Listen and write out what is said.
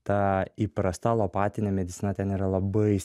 ta įprasta alopatinė medicina ten yra labai